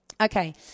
Okay